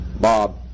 Bob